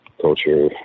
culture